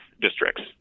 districts